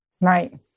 right